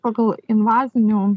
pagal invazinių